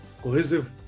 cohesive